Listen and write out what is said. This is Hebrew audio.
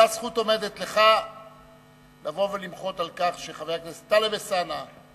אותה זכות עומדת לך לבוא ולמחות על כך שחבר הכנסת טלב אלסאנע,